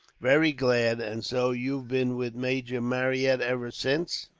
very glad. and so you've been with major marryat, ever since?